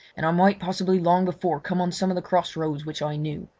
and i might possibly long before come on some of the cross roads which i knew.